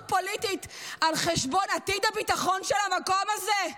פוליטית על חשבון עתיד הביטחון של המקום הזה,